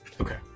Okay